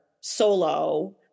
solo